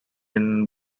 indian